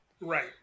Right